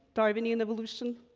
darwinian evolution.